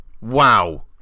Wow